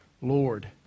Lord